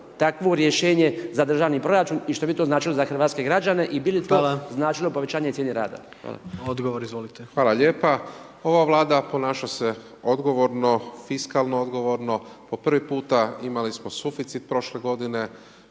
takvo rješenje za državni proračun i što bi to značilo za hrvatske građane i bi li to značilo povećanje cijene rada. **Jandroković, Gordan (HDZ)** Hvala. Odgovor, izvolite. **Pavić, Marko (HDZ)** Hvala lijepo. Ova vlada ponaša se odgovorno, fiskalno odgovorno, po prvi puta imali smo suficit prošle g.